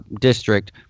district